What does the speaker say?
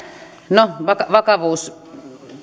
no vakavuus